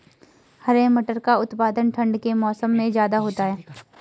हरे मटर का उत्पादन ठंड के मौसम में ज्यादा होता है